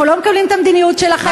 אנחנו לא מקבלים את המדיניות שלכם.